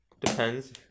depends